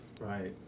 Right